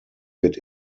wird